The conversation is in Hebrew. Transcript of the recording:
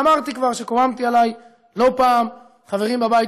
ואמרתי כבר שקוממתי עליי לא פעם חברים בבית